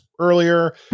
earlier